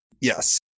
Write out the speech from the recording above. Yes